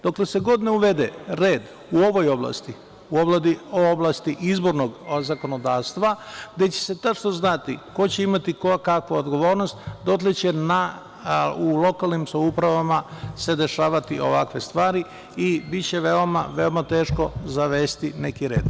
Dokle god se ne uvede red u ovoj oblasti, u oblasti izbornog zakonodavstva, gde će se tačno znati ko će imati kakvu odgovornost, dotle će u lokalnim samoupravama se dešavati ovakve stvari i biće veoma teško zavesti neki red.